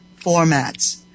formats